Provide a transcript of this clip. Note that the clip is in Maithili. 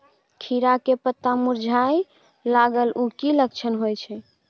खीरा के पत्ता मुरझाय लागल उ कि लक्षण होय छै?